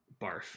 Barf